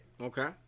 Okay